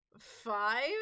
five